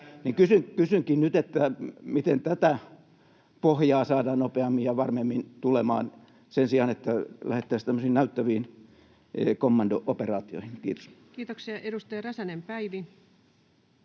Kysynkin nyt: miten tätä pohjaa saadaan nopeammin ja varmemmin tulemaan sen sijaan, että lähdettäisiin tämmöisiin näyttäviin kommando-operaatioihin? — Kiitos. Kiitoksia. — Edustaja Räsänen, Päivi.